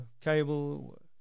cable